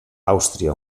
àustria